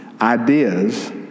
ideas